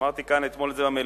אמרתי את זה כאן אתמול במליאה,